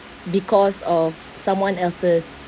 because of someone else's